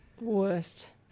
Worst